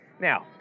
Now